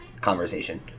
conversation